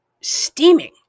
steaming